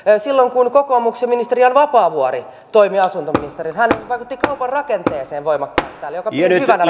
silloin kun kokoomuksen ministeri jan vapaavuori toimi asuntoministerinä hän vaikutti kaupan rakenteeseen voimakkaasti täällä mitä pidin hyvänä